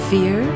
Fear